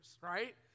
Right